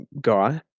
guy